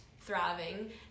thriving